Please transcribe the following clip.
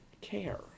care